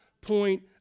point